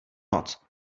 noc